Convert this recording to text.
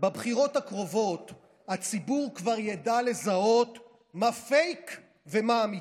בבחירות הקרובות הציבור כבר ידע לזהות מה פייק ומה אמיתי.